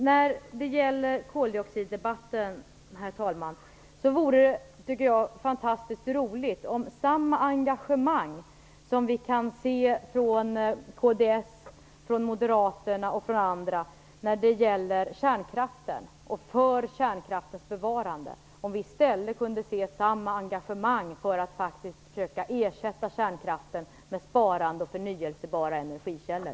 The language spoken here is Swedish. När det gäller koldioxiddebatten anser jag replikatt att det vore fantastiskt roligt om vi kunde se samma engagemang som kds, moderaterna och andra visar för kärnkraftens bevarande också när det gäller att faktiskt försöka ersätta kärnkraften med sparande och förnyelsebara energikällor.